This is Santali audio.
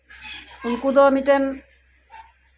ᱩᱱᱠᱩ ᱫᱚ ᱢᱤᱫᱴᱮᱱ